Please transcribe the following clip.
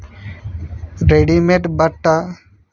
readymade బట్ట